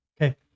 Okay